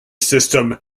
system